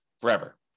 forever